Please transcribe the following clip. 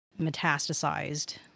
metastasized